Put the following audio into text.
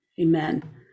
Amen